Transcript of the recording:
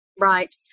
Right